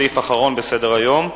סעיף אחרון בסדר-היום,